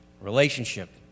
relationship